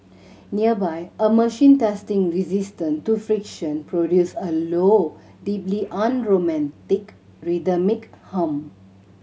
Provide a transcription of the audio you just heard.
nearby a machine testing resistance to friction produce a low deeply unromantic rhythmic hum